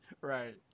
Right